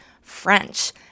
French